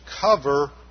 cover